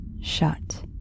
shut